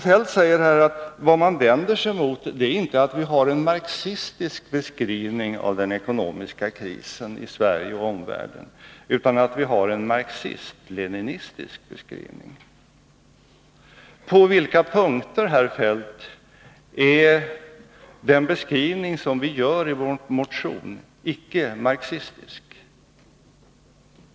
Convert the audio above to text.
Kjell-Olof Feldt säger att socialdemokraterna inte vänder sig mot att vi har en marxistisk beskrivning av den ekonomiska krisen i Sverige och omvärlden, utan en marxistisk-leninistisk beskrivning. På vilka punkter, herr Feldt, är den beskrivning som vi gör i vår motion icke marxistisk?